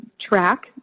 track